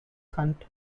hunt